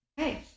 Okay